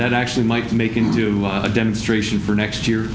that actually might make into a demonstration for next year